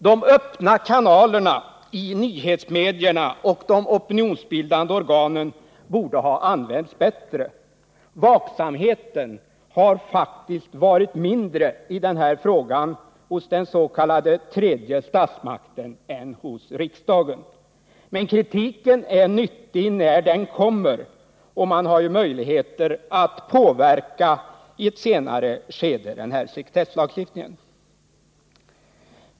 De öppna kanalerna i nyhetsmedierna och de opinionsbildande organen borde ha använts bättre. Vaksamheten har faktiskt varit mindre i den här frågan hos den s.k. tredje statsmakten än hos riksdagen. Men kritiken är nyttig när den kommer, och man har ju möjligheter att påverka sekretesslagstiftningen i ett senare skede.